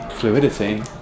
fluidity